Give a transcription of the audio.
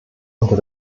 unter